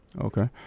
Okay